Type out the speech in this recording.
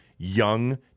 young